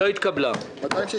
מי נמנע?